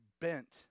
bent